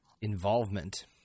involvement